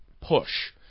push